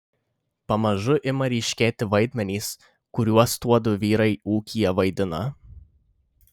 pamažu ima ryškėti vaidmenys kuriuos tuodu vyrai ūkyje vaidina